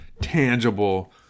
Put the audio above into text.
tangible